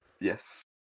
Yes